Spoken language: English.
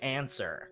answer